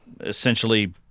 essentially